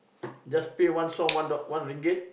just pay one song one ringgit